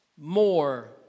more